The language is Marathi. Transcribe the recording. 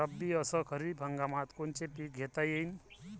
रब्बी अस खरीप हंगामात कोनचे पिकं घेता येईन?